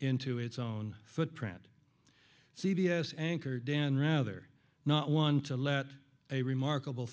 into its own footprint c b s anchor dan rather not one to let a remarkable